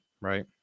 right